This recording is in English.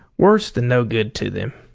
worse than no good to them,